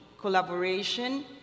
collaboration